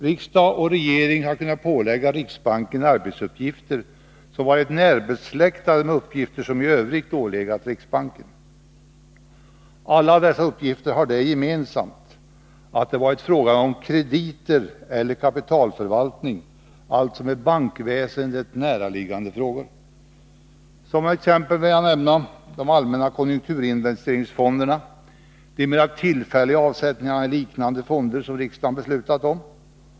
Riksdag och regering har kunnat pålägga riksbanken arbetsuppgifter som varit närbesläktade med uppgifter som i övrigt ålegat riksbanken. Alla dessa uppgifter har det gemensamt att det varit fråga om krediter eller kapitalförvaltning, alltså bankväsendet näraliggande frågor. Som exempel vill jag nämna de allmänna konjunkturinvesteringsfonderna och de mera tillfälliga avsättningarna i liknande fonder som riksdagen beslutat om.